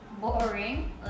Boring